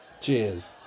Cheers